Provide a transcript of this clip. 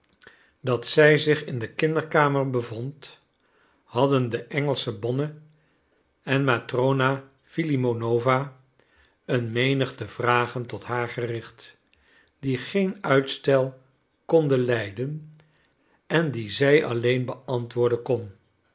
dat zij zich in de kinderkamer bevond hadden de engelsche bonne en matrona filimonowna een menigte vragen tot haar gericht die geen uitstel konden lijden en die zij alleen beantwoorden kon